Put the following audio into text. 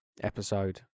episode